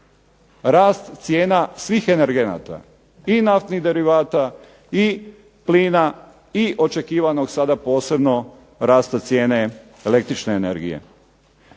Rast cijena svih energenata. I naftnih derivata i plina i očekivanog sada posebno rasta cijene električne energije.